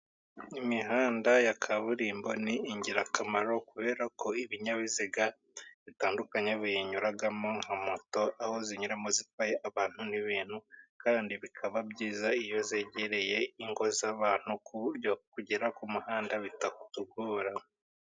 Imihanda ya kaburimbo ni ingirakamaro, kubera ko ibinyabiziga bitandukanye biyinyuramo nka moto, aho zinyuramo zitwaye abantu n'ibintu, kandi bikaba byiza iyo zegereye ingo z'abantu, ku buryo kugera ku muhanda bitatugora.